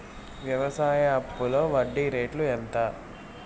వ్యవసాయ అప్పులో వడ్డీ రేట్లు ఎంత?